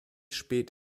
spät